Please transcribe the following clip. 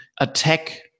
attack